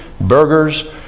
burgers